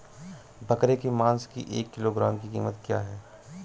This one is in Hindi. बकरे के मांस की एक किलोग्राम की कीमत क्या है?